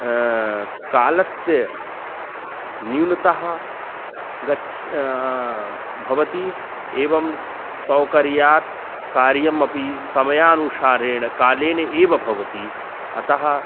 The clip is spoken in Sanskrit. कालस्य न्यूनता गछ् भवति एवं सौकर्यात् कार्यमपि समयानुसारेण कालेन एव भवति अतः